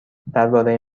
درباره